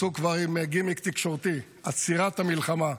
כבר יצאו עם גימיק תקשורתי: עצירת המלחמה.